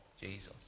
Jesus